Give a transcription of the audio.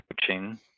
coaching